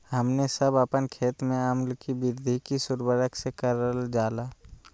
हमने सब अपन खेत में अम्ल कि वृद्धि किस उर्वरक से करलजाला?